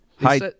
Hi